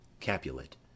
Capulet